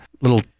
little